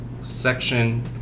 section